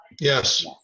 Yes